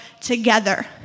together